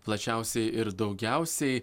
plačiausiai ir daugiausiai